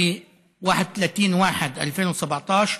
ב-31 בינואר 2017,